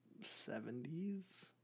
70s